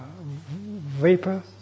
vapor